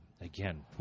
again